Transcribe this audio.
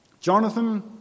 Jonathan